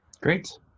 Great